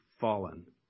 fallen